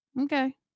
okay